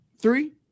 Three